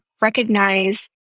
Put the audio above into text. recognize